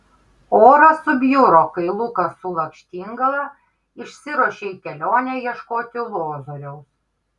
oras subjuro kai lukas su lakštingala išsiruošė į kelionę ieškoti lozoriaus